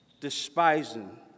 despising